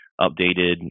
updated